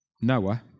Noah